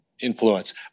influence